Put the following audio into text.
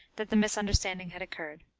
that the misunderstanding had occurred.